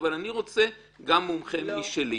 אני רוצה גם מומחה משלי.